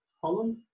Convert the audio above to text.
Holland